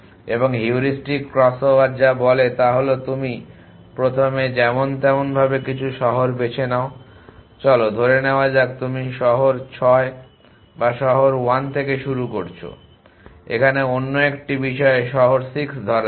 এবং heuristic crossover যা বলে তা হলো তুমি প্রথমে যেমন তেমন ভাবে কিছু শহর বেছে নাও চলো ধরে নেওয়া যাক তুমি শহর 6 বা শহর 1 থেকে শুরু করেছো এখানে অন্য একটি বিষয়ে শহর 6 ধরা যাক